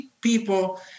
people